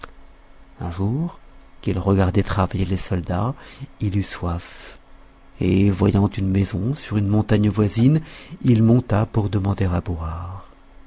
un jour qu'il regardait travailler les soldats il eut soif et voyant une maison sur une montagne voisine il y monta pour demander à boire